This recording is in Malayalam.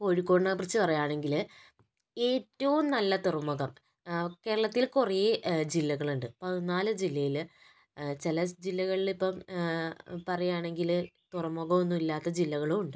കോഴിക്കോടിനെ കുറിച്ച് പറയുകയാണെങ്കില് ഏറ്റവും നല്ല തുറമുഖം കേരളത്തില് കുറെ ജില്ലകളുണ്ട് പതിനാല് ജില്ലയില് ചില ജില്ലകൾ ഇപ്പം പറയുകയാണെങ്കില് തുറമുഖമൊന്നും ഇല്ലാത്ത ജില്ലകളുമുണ്ട്